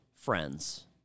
friends